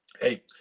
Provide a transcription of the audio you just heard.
hey